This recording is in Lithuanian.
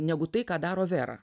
negu tai ką daro vera